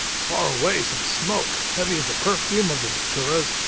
far away, some smoke, heavy as the perfume of the daturas,